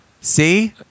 See